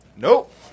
Nope